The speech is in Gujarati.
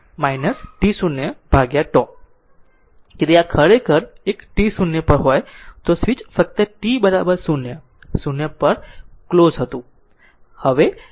તેથી જો આ ખરેખર એક t 0 હોત તો સ્વીચ ફક્ત t 0 0 પર ક્લોઝ હતો